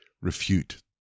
refute